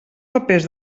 papers